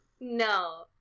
No